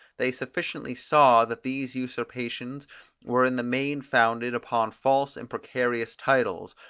they sufficiently saw that these usurpations were in the main founded upon false and precarious titles,